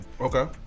Okay